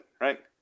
right